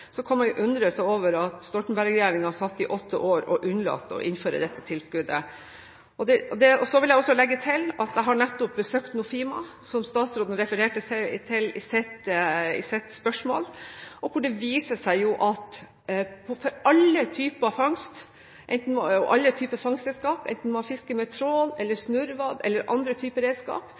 over at Stoltenberg-regjeringen satt i åtte år og unnlot å innføre det. Så vil jeg også legge til at jeg nettopp har besøkt Nofima, som statsråden refererte til i sitt spørsmål. Det viser seg at for alle typer fangstredskaper, enten man fisker med trål, snurrevad eller andre typer